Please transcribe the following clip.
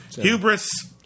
Hubris